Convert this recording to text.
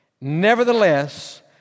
Nevertheless